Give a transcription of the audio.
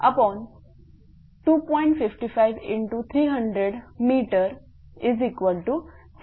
तर x174